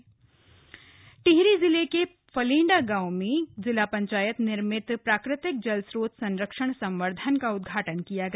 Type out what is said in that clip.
जल स्रोत संवर्धन टिहरी जिले के फलेण्डा गांव में जिला पंचायत निर्मित प्राकृतिक जल स्रोत संरक्षण संवर्धन का उदघाटन किया गया